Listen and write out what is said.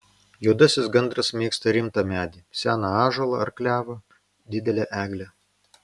juodasis gandras mėgsta rimtą medį seną ąžuolą ar klevą didelę eglę